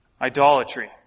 idolatry